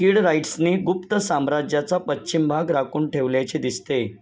किडराईट्सनी गुप्त साम्राज्याचा पश्चिम भाग राखून ठेवल्याचे दिसते